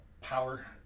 power